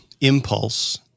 impulse